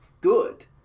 good